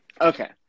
Okay